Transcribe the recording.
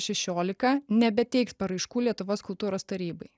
šešiolika nebeteiks paraiškų lietuvos kultūros tarybai